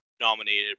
nominated